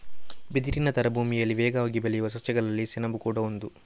ಬಿದಿರಿನ ತರ ಭೂಮಿಯಲ್ಲಿ ವೇಗವಾಗಿ ಬೆಳೆಯುವ ಸಸ್ಯಗಳಲ್ಲಿ ಸೆಣಬು ಕೂಡಾ ಒಂದು